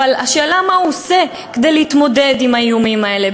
אבל השאלה היא מה הוא עושה כדי להתמודד עם האיומים האלה.